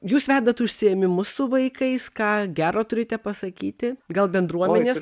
jūs vedat užsiėmimus su vaikais ką gero turite pasakyti gal bendruomenės